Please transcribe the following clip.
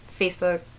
Facebook